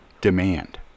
demand